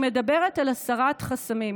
היא מדברת על הסרת חסמים.